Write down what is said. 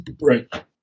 Right